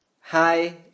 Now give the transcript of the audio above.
Hi